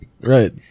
Right